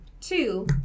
two